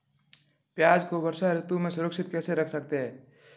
प्याज़ को वर्षा ऋतु में सुरक्षित कैसे रख सकते हैं?